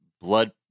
blood